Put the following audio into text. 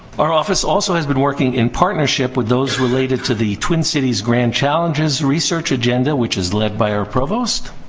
our office also has been working in partnership with those related to the twin cities grant challenges research agenda, which is led by our provost.